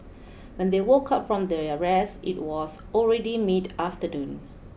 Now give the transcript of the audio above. when they woke up from their rest it was already mid afternoon